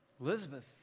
Elizabeth